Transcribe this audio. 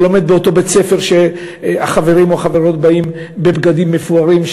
שלומד באותו בית-ספר שהחברים או החברות באים בבגדים מפוארים,